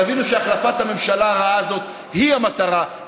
תבינו שהחלפת הממשלה הרעה הזאת היא המטרה,